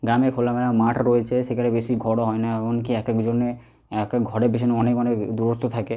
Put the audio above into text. গ্রামের খোলামেলা মাঠ রয়েছে সেখানে বেশি ঘরও হয়নি এমনকি এক একজনে এক এক ঘরের পেছনে অনেক অনেক দূরত্ব থাকে